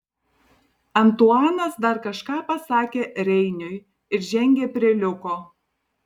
antuanas dar kažką pasakė reiniui ir žengė prie liuko